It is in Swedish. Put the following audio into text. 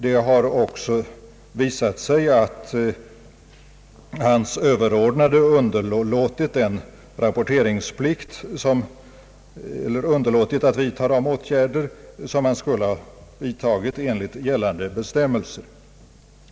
Det har också visat sig att överordnade under låtit att vidta de åtgärder som enligt gällande bestämmelser skulle ha vidtagits.